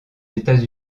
états